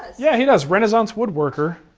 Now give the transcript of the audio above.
yeah, he does, renaissance woodworker.